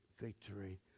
victory